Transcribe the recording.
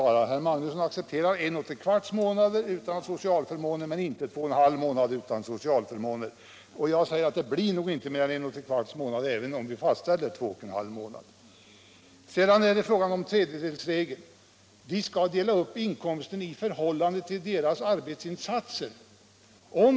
Herr Magnusson accepterar en och tre kvarts månad utan socialförmåner men inte två och en halv månader. Jag säger att det blir nog inte mer än en och tre kvarts månad, även om vi fastställer två och en halv månader. När det gäller tredjedelsregeln skall vi dela upp inkomsten i förhållande till makarnas arbetsinsatser.